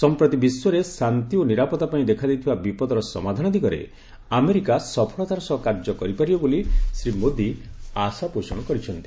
ସମ୍ପ୍ରତି ବିଶ୍ୱରେ ଶାନ୍ତି ଓ ନିରାପତ୍ତା ପାଇଁ ଦେଖାଦେଇଥିବା ବିପଦର ସମାଧାନ ଦିଗରେ ଆମେରିକା ସଫଳତାର ସହ କାର୍ଯ୍ୟ କରିପାରିବ ବୋଲି ଶ୍ରୀ ମୋଦି ଆଶାପୋଷଣ କରିଛନ୍ତି